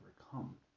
overcome